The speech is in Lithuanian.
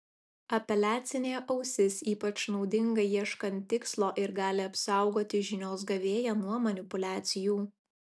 apeliacinė ausis ypač naudinga ieškant tikslo ir gali apsaugoti žinios gavėją nuo manipuliacijų